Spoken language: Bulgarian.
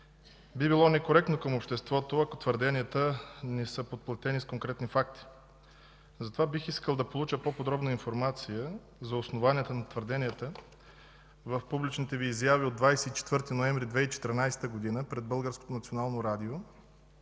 би било некоректно към обществото, ако твърденията не са подплатени с конкретни факти. Затова бих искал да получа по-подробна информация за основанията за твърденията в публичните Ви изяви от 24 ноември 2014 г. пред